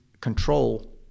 control